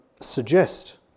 suggest